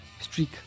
streak